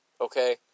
Okay